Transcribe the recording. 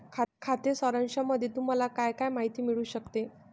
खाते सारांशामध्ये तुम्हाला काय काय माहिती मिळू शकते?